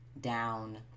down